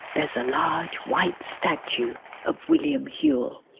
there's a large white statue of william whewell.